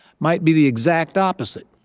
might be the exact opposite.